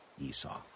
Esau